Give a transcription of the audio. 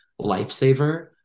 lifesaver